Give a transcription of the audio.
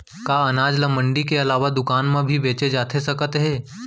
का अनाज ल मंडी के अलावा दुकान म भी बेचे जाथे सकत हे?